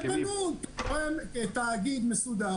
הם בנו תאגיד מסודר.